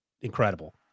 incredible